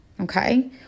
Okay